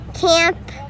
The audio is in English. camp